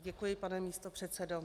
Děkuji, pane místopředsedo.